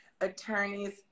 attorneys